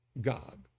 God